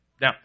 Now